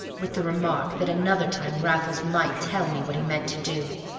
with the remark that another time raffles might tell me what he meant to do.